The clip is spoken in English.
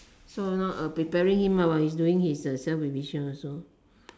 so now I preparing him while he's doing his self revision also